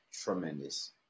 tremendous